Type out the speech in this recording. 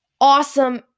awesome